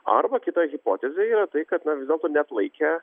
arba kita hipotezė yra tai kad na vis dėlto neatlaikė